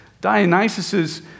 Dionysus's